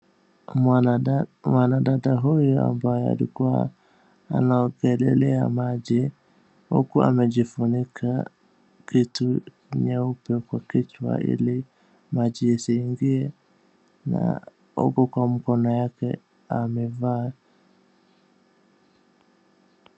Mwanadada huyu ambaye alikuwa anaogelelea maji huku amejifunika kitu nyeupe kwa kichwa ili maji isiingie. Na huku kwa mkono yake amevaa.